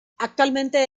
actualmente